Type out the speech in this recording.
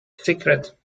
secret